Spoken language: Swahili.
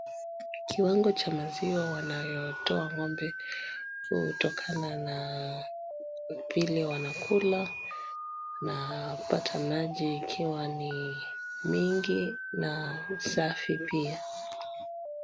Kiwango cha maziwa wanayotoa ng'ombe hutokana na vile wanakula na kupata maji ikiwa ni mingi na safi pia.